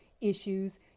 issues